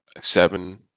seven